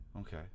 Okay